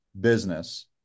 business